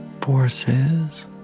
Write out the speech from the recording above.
forces